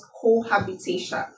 cohabitation